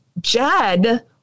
Jed